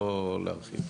לא להרחיב.